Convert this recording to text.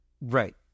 Right